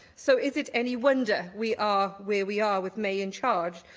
so, is it any wonder we are where we are with may in charge?